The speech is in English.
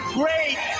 great